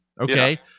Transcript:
Okay